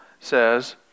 says